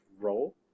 role